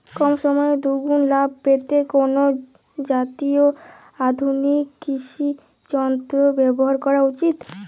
কম সময়ে দুগুন লাভ পেতে কোন জাতীয় আধুনিক কৃষি যন্ত্র ব্যবহার করা উচিৎ?